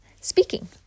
speaking